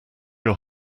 your